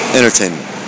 Entertainment